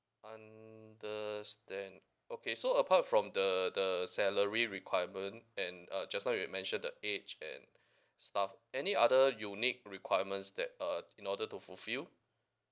understand okay so apart from the the salary requirement and uh just now you mention the age and stuff any other unique requirements that uh in order to fulfill